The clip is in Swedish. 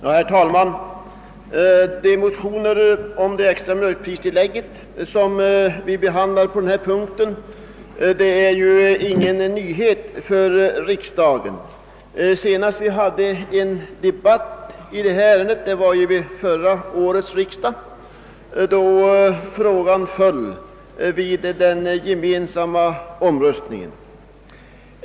Herr talman! De motioner om ett extra mjölkpristillägg som vi behandlar under denna punkt berör ett ämne som inte utgör någon nyhet för riksdagen. Senast vid förra årets riksdag hade vi en debatt i detta ärende, och frågan föll då vid den gemensamma omröstningen.